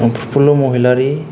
Praful' Mohilary